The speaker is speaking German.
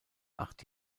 acht